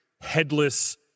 headless